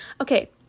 Okay